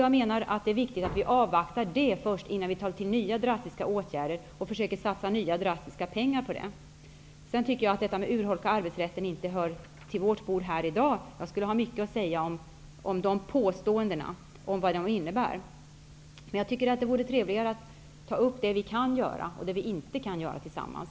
Jag menar att det är viktigt att vi avvaktar effekterna av det innan vi tar till nya drastiska åtgärder och försöker satsa nya pengar på det. Frågan om att urholka arbetsrätten tycker jag inte hör till vårt bord här i dag. Jag skulle annars ha mycket att säga om vad de påståendena innebär. Jag tycker att det vore trevligare att ta upp det vi kan göra och det vi inte kan göra tillsammans.